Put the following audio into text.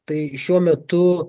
tai šiuo metu